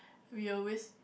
we always